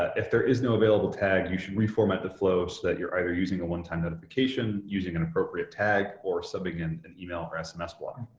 ah if there is no available tag, you should reformat the flow so that you're either using a one-time notification using an appropriate tag or subbing in and email or sms block.